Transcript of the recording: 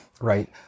right